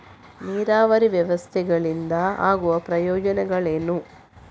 ನೀರಾವರಿ ವ್ಯವಸ್ಥೆಗಳಿಂದ ಆಗುವ ಪ್ರಯೋಜನಗಳೇನು?